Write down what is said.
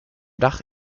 dach